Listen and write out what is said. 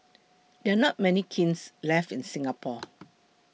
there are not many kilns left in Singapore